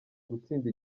gutsinda